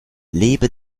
lebe